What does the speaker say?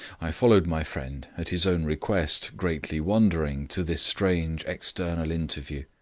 i followed my friend, at his own request, greatly wondering, to this strange external interview.